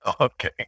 Okay